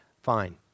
fine